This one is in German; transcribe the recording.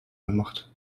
gemacht